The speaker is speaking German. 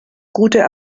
guter